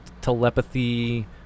telepathy